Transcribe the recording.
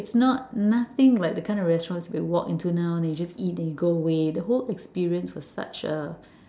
it's not nothing like the kind of restaurants we walked into now you just eat and go away the whole experience was such a